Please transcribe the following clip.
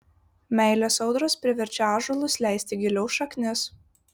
meilės audros priverčia ąžuolus leisti giliau šaknis